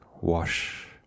wash